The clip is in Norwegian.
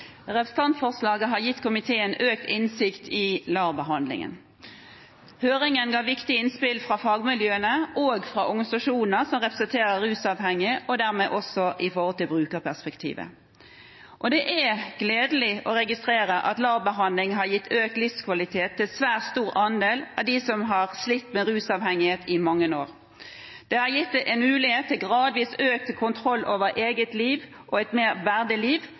gitt komiteen økt innsikt i LAR-behandlingen. Høringen ga viktige innspill fra fagmiljøene og fra organisasjoner som representerer rusavhengige, og dermed også sett fra et brukerperspektiv. Det er gledelig å registrere at LAR-behandling har gitt økt livskvalitet for en svært stor andel av dem som har slitt med rusavhengighet i mange år. Det har gitt dem en mulighet til gradvis økt kontroll over eget liv og til et mer verdig liv,